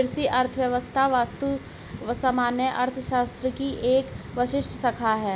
कृषि अर्थशास्त्र वस्तुतः सामान्य अर्थशास्त्र की एक विशिष्ट शाखा है